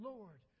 Lord